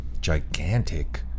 gigantic